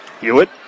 Hewitt